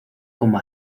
como